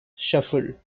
shuffle